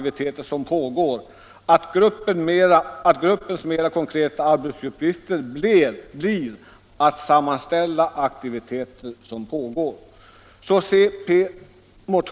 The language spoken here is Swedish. Vidare sägs där att gruppens mera konkreta arbetsuppgifter blir att sammanställa aktiviteter som pågår.